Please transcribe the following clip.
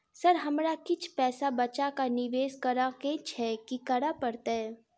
Sir हमरा किछ पैसा बचा कऽ निवेश करऽ केँ छैय की करऽ परतै?